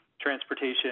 transportation